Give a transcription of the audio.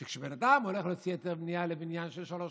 שכשבן אדם הולך להוציא היתר בנייה לבניין של שלוש